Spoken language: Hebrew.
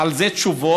על זה תשובות,